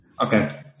Okay